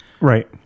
Right